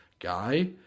guy